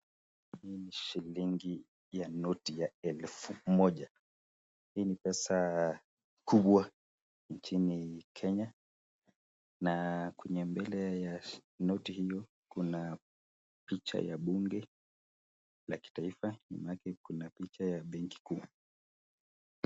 Hii ni shilingi ya noti ya elfu moja. Hii ni pesa kubwa nchini Kenya. Na kwenye mbele ya noti hiyo Kuna picha ya bunge la kitaifa. Nyuma yake kuna picha ya benki kuu